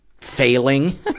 failing